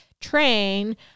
train